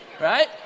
right